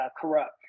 corrupt